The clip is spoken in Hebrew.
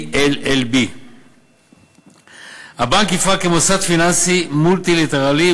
ALLB. הבנק יפעל כמוסד פיננסי מולטילטרלי,